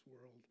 world